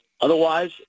otherwise